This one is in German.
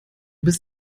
bist